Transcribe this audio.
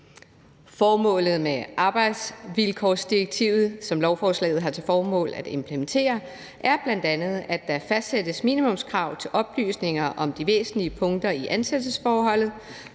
Formålet med arbejdsvilkårsdirektivet, som lovforslaget har til formål at implementere, er bl.a., at der fastsættes minimumskrav til oplysninger om de væsentlige punkter i ansættelsesforholdet